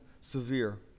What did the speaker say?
severe